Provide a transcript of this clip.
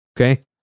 Okay